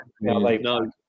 No